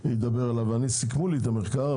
סיכמו לי את המחקר,